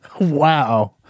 Wow